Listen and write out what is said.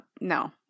no